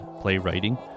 playwriting